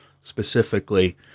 specifically